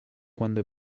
quando